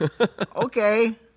okay